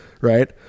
right